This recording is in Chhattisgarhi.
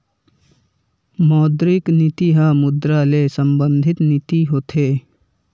मौद्रिक नीति ह मुद्रा ले संबंधित नीति होथे